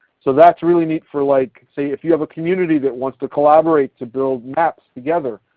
so that's really neat for like say if you have a community that wants to collaborate to build maps together,